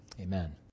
Amen